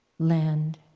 land